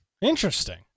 Interesting